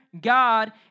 God